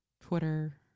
Twitter